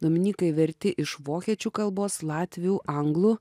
dominikai verti iš vokiečių kalbos latvių anglų